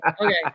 okay